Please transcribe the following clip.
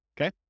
okay